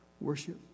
worship